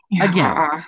again